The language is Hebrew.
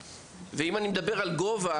אבל אם אני מדבר על גובה